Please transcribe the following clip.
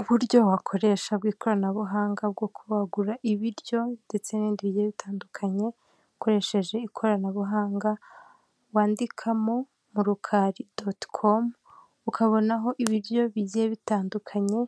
Uburyo wakoresha bw'ikoranabuhanga bwo kuba wagura ibiryo ndetse n'ibindi bige bitandukanye ukoresheje ikoranabuhanga, wandikmo urukari dotikomu, ukabonaho ibiryo bigiye bitandukanye